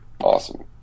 awesome